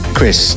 Chris